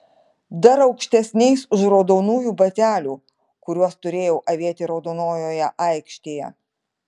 dar aukštesniais už raudonųjų batelių kuriuos turėjau avėti raudonojoje aikštėje